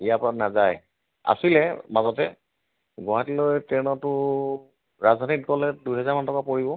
ইয়াৰ পৰা নেজায় আছিলে মাজতে গুৱাহাটী লৈ ট্ৰেনতো ৰাজধানীত গ'লে দুইহেজাৰ মান টকা পৰিব